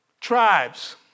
tribes